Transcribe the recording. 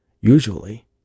Usually